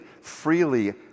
freely